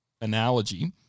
analogy